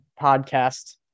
podcast